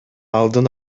алдын